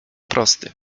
prosty